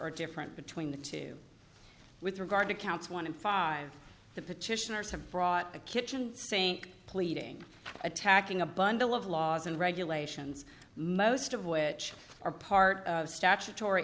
stored different between the two with regard to counts one in five the petitioners have brought a kitchen sink pleading attacking a bundle of laws and regulations most of which are part of statutory